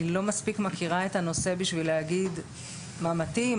אני לא מספיק מכירה את הנושא בשביל להגיד מה מתאים,